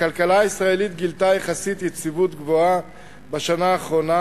הכלכלה הישראלית גילתה יחסית יציבות גבוהה בשנה האחרונה